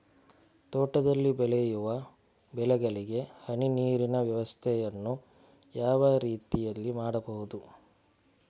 ತೋಟದಲ್ಲಿ ಬೆಳೆಯುವ ಬೆಳೆಗಳಿಗೆ ಹನಿ ನೀರಿನ ವ್ಯವಸ್ಥೆಯನ್ನು ಯಾವ ರೀತಿಯಲ್ಲಿ ಮಾಡ್ಬಹುದು?